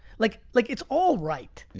like like it's all right.